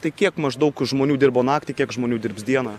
tai kiek maždaug žmonių dirbo naktį kiek žmonių dirbs dieną